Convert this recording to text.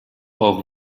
auch